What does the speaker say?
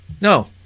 No